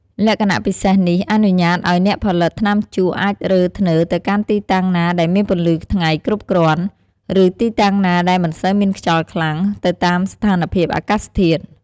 លក្ខណៈពិសេសនេះ អនុញ្ញាតអោយអ្នកផលិតថ្នាំជក់អាចរើធ្នើរទៅកាន់ទីតាំងណាដែលមានពន្លឺថ្ងៃគ្រប់គ្រាន់ ឬទីតាំងណាដែលមិនសូវមានខ្យល់ខ្លាំង ទៅតាមស្ថានភាពអាកាសធាតុ។